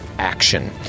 action